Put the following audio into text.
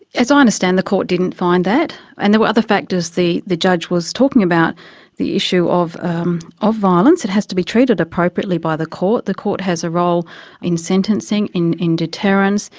as i understand, the court didn't find that. and there were other factors. the the judge was talking about the issue of um of violence, it has to be treated appropriately by the court, the court has a role in sentencing, in in deterrence,